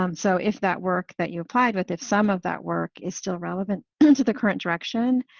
um so if that work that you applied with, if some of that work is still relevant and to the current direction,